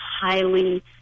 highly